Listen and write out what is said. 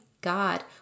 God